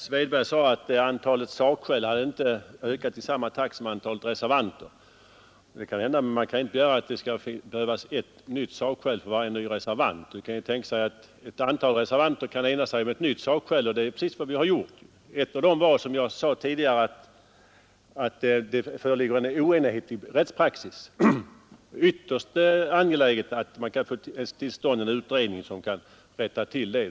samma takt som antalet reservanter. Det kan hända, men man kan inte begära att det skall behövas ett nytt sakskäl för varje ny reservant. Det kan ju tänkas att ett antal reservanter enas om ett nytt sakskäl, och det är precis vad vi har gjort. Ett sådant skäl var, som jag sade tidigare, att det föreligger oenighet i rättspraxis. Det är mycket angeläget att man kan få till stånd en utredning som kan rätta till det.